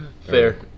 Fair